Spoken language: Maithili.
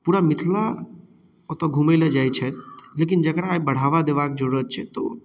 पूरा मिथिला ओतऽ घुमै लए जाइ छथि लेकिन जेकरा ई बढ़ावा देबाक जरूरत छै तऽ ओ